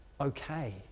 okay